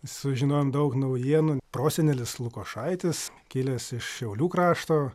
sužinojom daug naujienų prosenelis lukošaitis kilęs iš šiaulių krašto